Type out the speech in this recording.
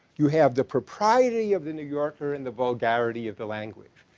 you have the propriety of the new yorker and the vulgarity of the language.